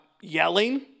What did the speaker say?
yelling